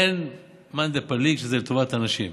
אין מאן דפליג שזה לטובת הנשים.